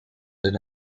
zijn